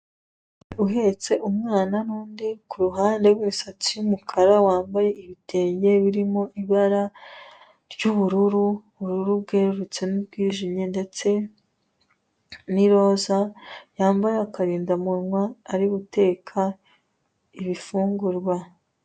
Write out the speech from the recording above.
Uhetse umwana n'undi ku ruhande w'imisatsi y'umukara wambaye ibitenge birimo ibara ry'ubururu, ubururu bwerurutse n'ubwijimye, ndetse n'iroza, yambaye akarindamunwa ari guteka ibifungurwa.